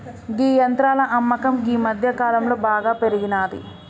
గీ యంత్రాల అమ్మకం గీ మధ్యకాలంలో బాగా పెరిగినాది